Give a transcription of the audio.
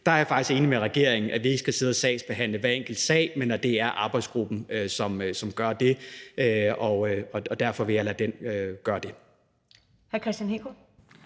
Der er jeg faktisk enig med regeringen i, at vi ikke skal sidde og sagsbehandle hver enkelt sag, men at det er arbejdsgruppen, som gør det, og derfor vil jeg lade den gøre det.